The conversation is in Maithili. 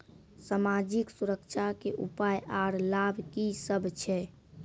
समाजिक सुरक्षा के उपाय आर लाभ की सभ छै?